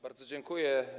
Bardzo dziękuję.